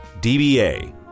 DBA